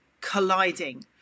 colliding